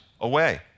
away